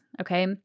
Okay